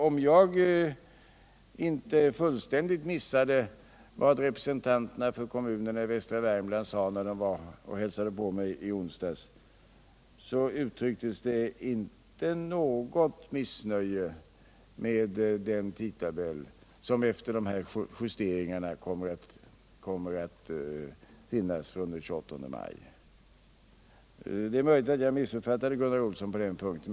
Om jag inte fullständigt missade vad representanterna för kommunerna i västra Värmland sade när de hälsade på mig i onsdags, så uttrycktes det inte något missnöje med den tidtabell! som efter justeringarna kommer att gälla från den 28 maj. Det är möjligt att jag missuppfattade Gunnar Olsson på den punkten.